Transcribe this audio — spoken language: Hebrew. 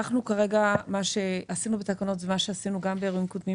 מה שעשינו בתקנות ומה שעשינו גם באירועים קודמים,